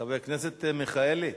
חבר הכנסת מיכאלי,